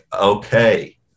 okay